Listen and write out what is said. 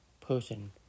person